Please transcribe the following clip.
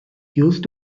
used